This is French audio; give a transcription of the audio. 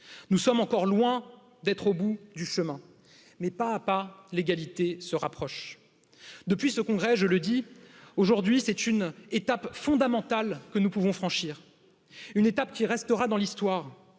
Nous sommes encore loin d'être au bout du chemin mais pas à pas l'égalité se rapproche Depuis ce congrès, je le dis aujourd'hui, c'est une étape fondamentale que nous pouvons franchir une étape qui restera dans l'histoire